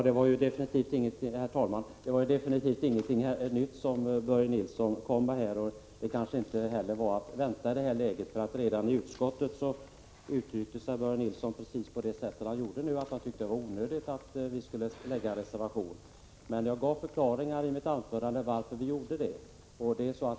Herr talman! Det var definitivt ingenting nytt som Börje Nilsson kom med, och det kanske inte heller var att vänta i det här läget. Redan i utskottet uttryckte sig Börje Nilsson precis på det sätt som han gjorde nu. Han tyckte att det var onödigt att vi skulle avge en reservation. Men jag förklarade i mitt huvudanförande varför vi gjorde det.